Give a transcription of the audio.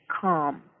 calm